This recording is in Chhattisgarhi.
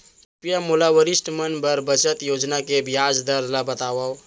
कृपया मोला वरिष्ठ मन बर बचत योजना के ब्याज दर ला बतावव